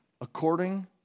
according